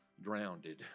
Drowned